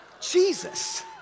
Jesus